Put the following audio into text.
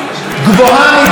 חזקה מדי,